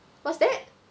what's that